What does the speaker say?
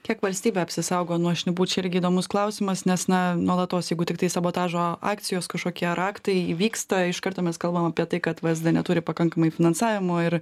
kiek valstybė apsisaugo nuo šnipų čia irgi įdomus klausimas nes na nuolatos jeigu tiktai sabotažo akcijos kažkokie raktai įvyksta iš karto mes kalbam apie tai kad vsd neturi pakankamai finansavimo ir